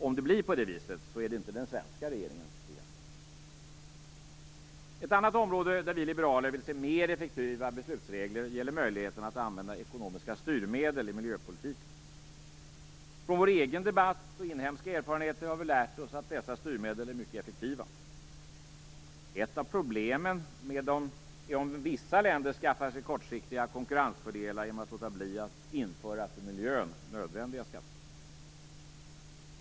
Om det blir på det viset är det inte den svenska regeringens förtjänst. Ett annat område där vi liberaler vill se mer effektiva beslutsregler gäller möjligheten att använda ekonomiska styrmedel i miljöpolitiken. Från vår egen debatt och inhemska erfarenheter har vi lärt oss att dessa styrmedel är mycket effektiva. Ett av problemen med dem är att vissa länder kan skaffa sig kortsiktiga konkurrensfördelar genom att låta bli att införa för miljön nödvändiga skatter.